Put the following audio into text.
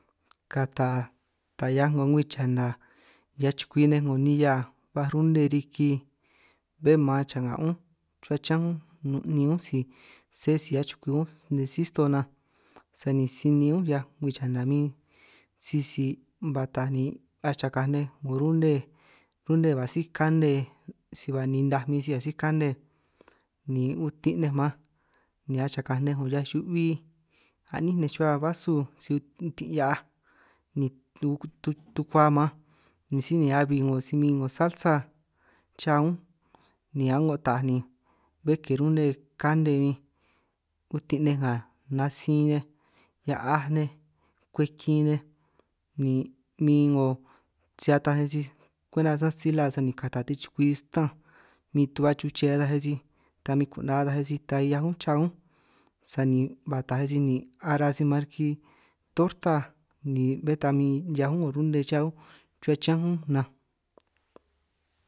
Kata ta 'hiaj 'ngo ngwii chana 'hiaj chukwi nej 'ngo nihia ba rune riki, bé maan changa' chuhua chiñán únj nun níin únj si sé si 'hiaj chukwii únj, nej sí sto'o nan sani si níin únj 'hiaj ngwii chana min sisi ba taaj ni achakaj nej, 'ngo rune rune ba síj kane si ba ninaj min si asíj kane ni utin' nej man ni achakaj nej 'ngo hia'aj hiu'bi, a'nín nej chuhua basu si utin' hia'aj ni tukua maan ni síj ni abi 'ngo si min 'ngo salsa cha únj, ni a'ngo taaj ni bé ke rune kane min utin' nej nga natsin nej hia'aj nej kwej kin nej, ni min 'ngo si ataj nej si kwenta nanj stila sani kata tichukwi stánj min tu'ba chuchee ata nej sij, ta min ku'naj ataj nej sij ta 'hiaj únj cha únj--. sani ba taaj nej sij ara nej sij riki torta ni bé ta min 'hiaj únj 'ngo rune cha únj chruhua chiñán únj nanj.